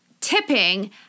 tipping